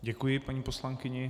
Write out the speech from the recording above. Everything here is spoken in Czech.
Děkuji paní poslankyni.